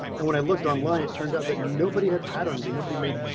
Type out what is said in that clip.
and when i looked online. it turned out that nobody had patterns and nobody made